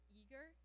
eager